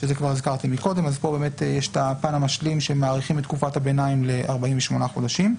אז פה יש את הפן המשלים שמאריכים את תקופת הביניים ל-48 חודשים.